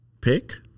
pick